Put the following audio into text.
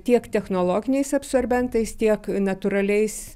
tiek technologiniais absorbentais tiek natūraliais